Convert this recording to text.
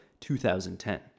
2010